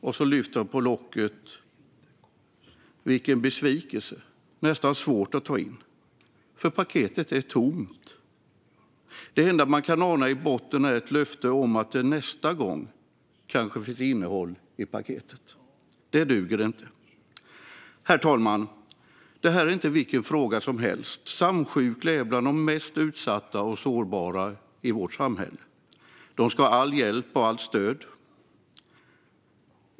Och så lyfter man på locket. Vilken besvikelse! Det är nästan svårt att ta in. Paketet är tomt! Det enda man kan ana i botten är ett löfte om att det nästa gång kanske finns innehåll i paketet. Det duger inte. Herr talman! Det här är inte vilken fråga som helst. Samsjukliga hör till de mest utsatta och sårbara i vårt samhälle. De ska ha all hjälp och allt stöd.